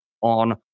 on